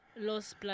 Los